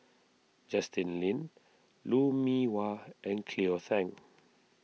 Justin Lean Lou Mee Wah and Cleo Thang